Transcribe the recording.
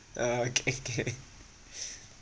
oh okay okay